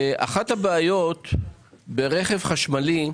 אחת הבעיות ברכב חשמלי,